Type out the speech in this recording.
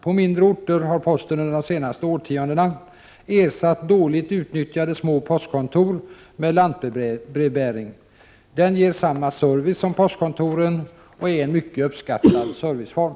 På mindre orter har posten under de senaste årtiondena ersatt dåligt utnyttjade små postkontor med lantbrevbäring. Den ger samma service som postkontoren och är en mycket uppskattad serviceform.